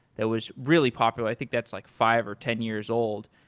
that was really popular. i think that's like five or ten years old.